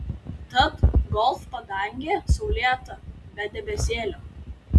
tad golf padangė saulėta be debesėlio